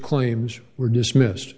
claims were dismissed